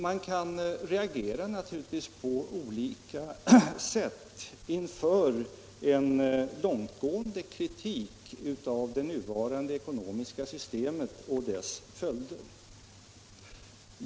Man kan naturligtvis reagera på olika sätt inför en långtgående kritik av det nuvarande ekonomiska systemet och dess följder.